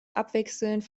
abwechselnd